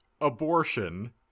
abortion